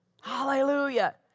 Hallelujah